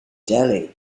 delhi